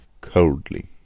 Coldly